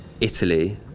Italy